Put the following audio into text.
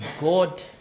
God